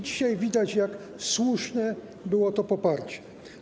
Dzisiaj widać, jak słuszne było to poparcie.